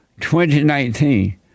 2019